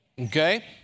Okay